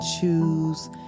choose